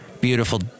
Beautiful